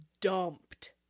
dumped